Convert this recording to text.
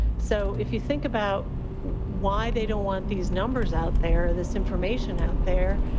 so if you think about why they don't want these numbers out there, this information out there,